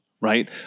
right